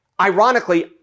ironically